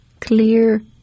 clear